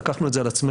לקחנו את זה על עצמנו